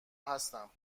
هستم